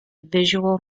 visual